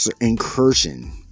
incursion